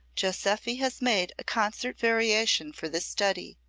joseffy has made a concert variation for this study.